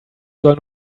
soll